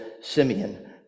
Simeon